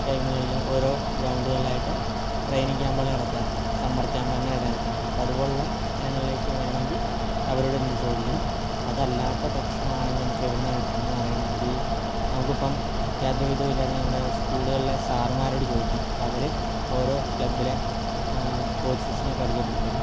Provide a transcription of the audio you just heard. ടൈമുകളിൽ ഓരോ ഗ്രൗണ്ടുകളിലായിട്ട് ട്രെയിനിങ് ക്യാമ്പുകൾ നടക്കാറുണ്ട് സമ്മർ ക്യാമ്പ് അങ്ങനെ ഒക്കെ നടക്കാറുണ്ട് അപ്പോൾ അതുപോലെയുള്ള ഇനങ്ങളിലേക്ക് വേണമെങ്കിൽ അവരോട് എന്ത് ചോദിക്കണം അത് അല്ലാത്ത പക്ഷം ആണെങ്കിൽ നമുക്ക് എവിടെനിന്നാണ് കിട്ടുന്നത് എന്ന് അറിയണം എങ്കിൽ നമുക്ക് ഇപ്പം യാതൊരു വിധം ഇല്ലായിരുന്നെങ്കിൽ നമ്മുടെ സ്കൂളുകളിലെ സാറന്മാരോട് ചോദിക്കാം അവർ ഓരോ ക്ലബ്ബിലെ കോച്ചസിനെ പരിചയപ്പെടുത്തി തരും